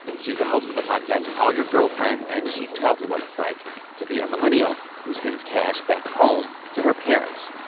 she's the host of the podcast call your girlfriend. and she tells me what it's like to be a millennial who sends cash back home to her parents.